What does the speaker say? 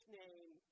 name